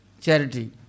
charity